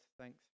Thanks